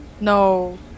No